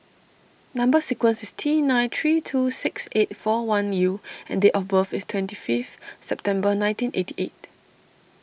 Number Sequence is T nine three two six eight four one U and date of birth is twenty fifth September nineteen eighty eight